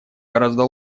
гораздо